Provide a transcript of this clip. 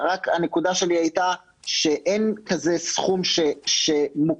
הנקודה שלי היתה שאין כזה סכום שמוקצה